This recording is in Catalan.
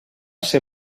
ser